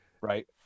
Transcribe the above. right